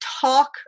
talk